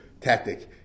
tactic